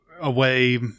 away